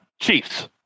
Chiefs